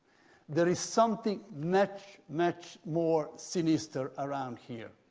there is something much, much more sinister around here.